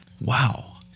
Wow